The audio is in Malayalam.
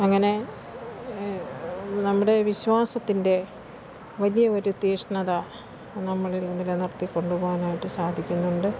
അങ്ങനെ നമ്മുടെ വിശ്വാസത്തിൻ്റെ വലിയൊരു തീക്ഷ്ണത നമ്മളിൽ നിലനിർത്തി കൊണ്ടുപോവാനായിട്ട് സാധിക്കുന്നുണ്ട്